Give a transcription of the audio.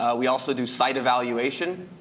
ah we also do site evaluation.